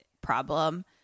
problem